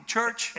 church